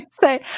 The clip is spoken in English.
say